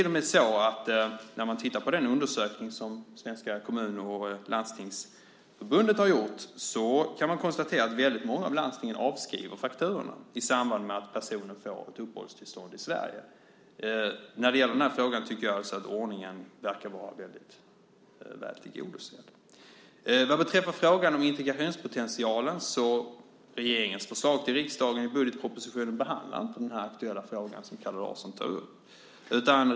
Om man tittar på den undersökning som Kommun och Landstingsförbunden har gjort kan man konstatera att väldigt många av landstingen avskriver fakturorna i samband med att personer får ett uppehållstillstånd i Sverige. Jag tycker alltså att ordningen verkar vara väldigt god i den här frågan. När det gäller frågan om integrationspotentialen vill jag säga att regeringens förslag till riksdagen i budgetpropositionen inte behandlar den aktuella fråga som Kalle Larsson tar upp.